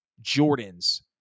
Jordan's